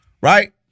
right